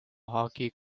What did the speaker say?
hockey